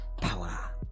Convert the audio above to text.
power